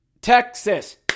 Texas